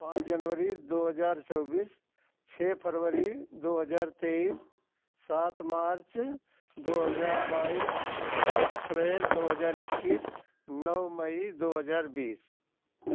पाँच जनवरी दो हजार चौबीस छः फरवरी दो हजार तेईस सात मार्च दो हजार बाईस आठ अप्रैल दो हजार इक्कीस नौ मई दो हजार बीस